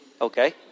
Okay